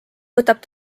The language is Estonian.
võtab